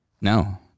No